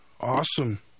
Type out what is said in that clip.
Awesome